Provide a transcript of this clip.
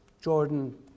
Jordan